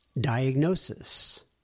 Diagnosis